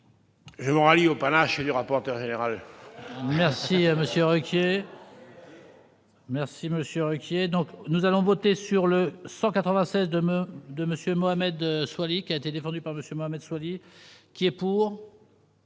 me rallier au panache du rapporteur général